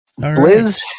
Blizz